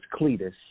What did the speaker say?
Cletus